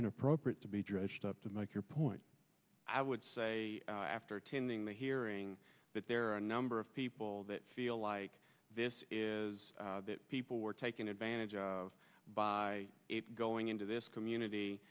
inappropriate to be dredged up to make your point i would say after attending the hearing that there are a number of people that feel like this is that people were taken advantage of by going into this community